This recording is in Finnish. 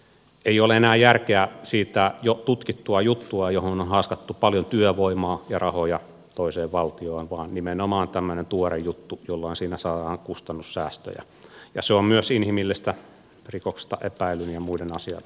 ei ole enää järkeä siirtää jo tutkittua juttua kun on haaskattu paljon työvoimaa ja rahoja toiseen valtioon vaan nimenomaan tämmöinen tuore juttu jolloin saadaan kustannussäästöjä ja se on myös inhimillistä rikoksesta epäillyn ja muiden asianosaisten kannalta